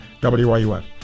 WYUF